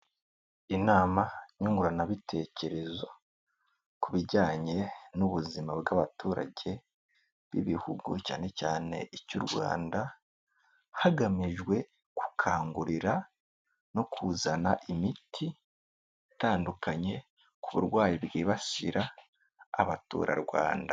Inama nyunguranabitekerezo, ku bijyanye n'ubuzima bw'abaturage b'ibihugu, cyane cyane icy'u Rwanda, hagamijwe gukangurira no kuzana imiti itandukanye ku burwayi bwibasira abaturarwanda.